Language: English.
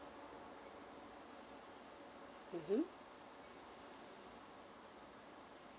mmhmm